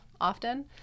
often